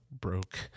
broke